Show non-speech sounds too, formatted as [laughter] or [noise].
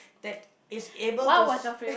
that is able to [noise]